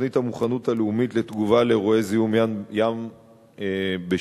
תוכנית המוכנות הלאומית לתגובה לאירועי זיהום ים בשמן,